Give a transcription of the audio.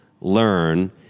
learn